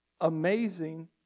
amazing